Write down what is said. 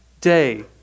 day